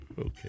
Okay